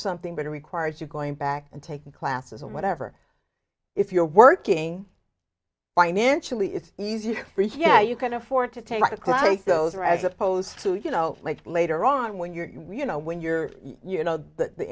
something better requires you're going back and taking classes or whatever if you're working financially it's easier for yeah you can afford to take a class or as opposed to you know later on when you're you know when you're you know the